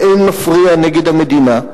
באין מפריע נגד המדינה,